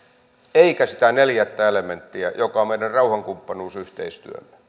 eikä sitä neljättä elementtiä joka on meidän rauhankumppanuusyhteistyömme